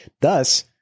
Thus